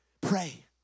Pray